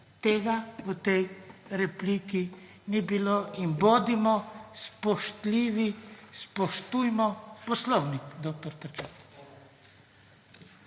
Tega v tej repliki ni bilo in bodimo spoštljivi, spoštujmo Poslovnik, dr. Trček.